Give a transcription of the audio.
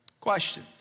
Question